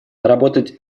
работать